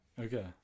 Okay